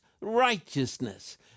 righteousness